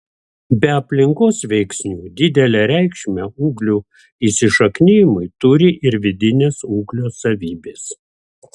be aplinkos veiksnių didelę reikšmę ūglių įsišaknijimui turi ir vidinės ūglio savybės